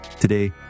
Today